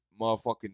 motherfucking